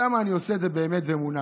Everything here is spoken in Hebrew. שם אני עושה את זה באמת באמונה.